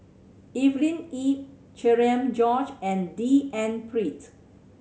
Evelyn Lip Cherian George and D N Pritt